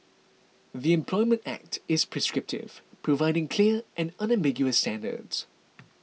the Employment Act is prescriptive providing clear and unambiguous standards